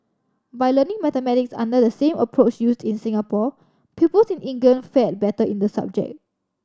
by learning mathematics under the same approach used in Singapore pupils in England fared better in the subject